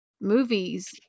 movies